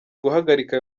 guhagarika